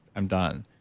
i'm done.